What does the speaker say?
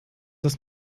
das